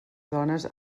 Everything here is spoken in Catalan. dones